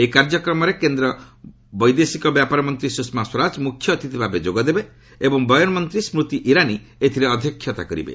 ଏହି କାର୍ଯ୍ୟକ୍ରମରେ କେନ୍ଦ୍ର ବୈଦେଶିକ ବ୍ୟାପାର ମନ୍ତ୍ରୀ ସୁଷମା ସ୍ୱରାଜ ମୁଖ୍ୟଅତିଥି ଭାବେ ଯୋଗଦେବେ ଏବଂ ବୟନ ମନ୍ତ୍ରୀ ସ୍କୁତି ଇରାନୀ ଏଥିରେ ଅଧ୍ୟକ୍ଷତା କରିବେ